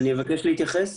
אני מבקש להתייחס.